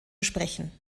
sprechen